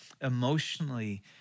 emotionally